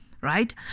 Right